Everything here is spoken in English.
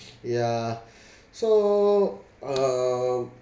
yeah so um